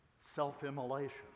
self-immolation